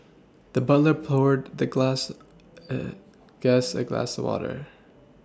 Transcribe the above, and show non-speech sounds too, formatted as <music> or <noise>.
the butler poured the glass <hesitation> guest a glass water